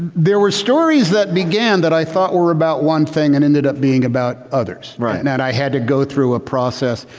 there were stories that began that i thought were about one thing and ended up being about others and and i had to go through a process,